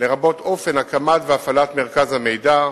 לרבות אופן ההקמה וההפעלה של מרכז המידע,